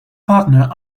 partner